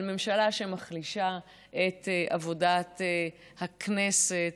בממשלה שמחלישה את עבודת הכנסת,